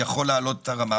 להעלות את הרמה,